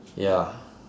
ya